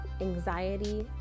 anxiety